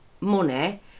money